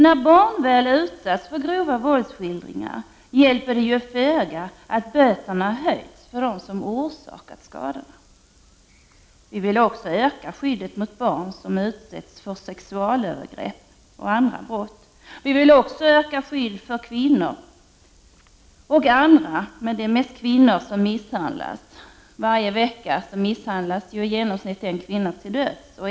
När barn väl utsatts för grova våldsskildringar hjälper det föga att böterna höjts för den som orsakat skadan. Vi i centerpartiet vill också öka skyddet för barn som har utsatts för sexualövergrepp och andra brott. Vi vill öka skyddet för kvinnor och andra som misshandlas. Det är mest kvinnor som misshandlas. Varje vecka misshandlas i genomsnitt en kvinna till döds.